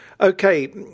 Okay